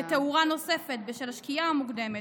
לתאורה נוספת בשל השקיעה המוקדמת,